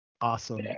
Awesome